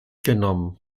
genommen